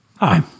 Hi